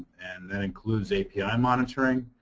and that includes api monitoring.